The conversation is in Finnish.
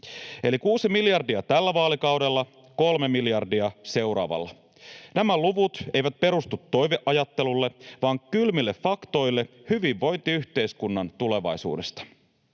kuusi miljardia tällä vaalikaudella, kolme miljardia seuraavalla. Nämä luvut eivät perustu toiveajattelulle vaan kylmille faktoille hyvinvointiyhteiskunnan tulevaisuudesta.